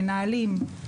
המנהלים,